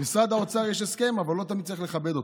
למשרד האוצר יש הסכם, אבל לא תמיד צריך לכבד אותו.